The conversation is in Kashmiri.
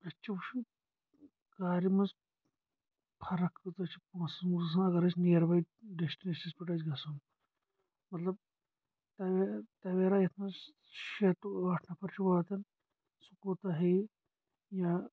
اَسہِ چھِ وٕچھُن کارِ منٛز فرق کۭژاہ چھِ پونٛسَن وونٛسَن اَگر أسۍ نِیَر بَے ڈٮ۪سٹِنیشنَس پٮ۪ٹھ آسہِ گژھُن مطلب تَوے تَویرا یَتھ منٛز شےٚ ٹُہ ٲٹھ نَفر چھِ واتان سُہ کوٗتاہ ہیٚیہِ یا